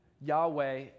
Yahweh